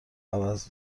عوض